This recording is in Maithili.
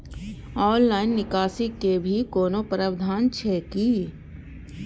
ऑनलाइन निकासी के भी कोनो प्रावधान छै की?